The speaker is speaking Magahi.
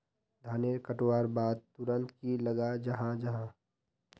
धानेर कटवार बाद तुरंत की लगा जाहा जाहा?